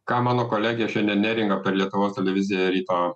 ką mano kolegė šiandien neringa per lietuvos televiziją ryto